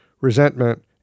resentment